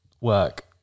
work